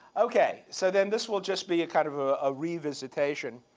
ok. so then this will just be kind of ah a re-visitation.